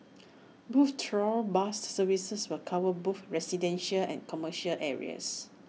both trial bus services will cover both residential and commercial areas